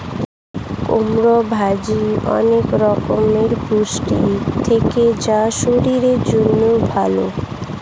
কুমড়োর বীজে অনেক রকমের পুষ্টি থাকে যা শরীরের জন্য ভালো